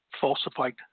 falsified